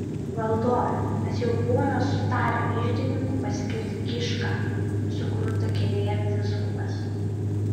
valdove mes jau buvome sutarę iždininku paskirti kišką sukruta kėdėje vyskupas